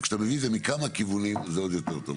וכשאתה מביא את זה מכמה כיוונים זה עוד יותר טוב.